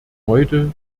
heute